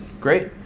Great